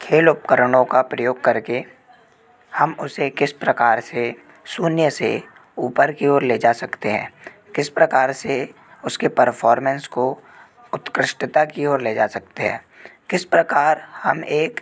खेल उपकरणों का प्रयोग कर के हम उसे किस प्रकार से शून्य से ऊपर की ओर ले जा सकते हैं किस प्रकार से उसके परफोर्मेंस को उत्कृष्टता की ओर ले जा सकते है किस प्रकार हम एक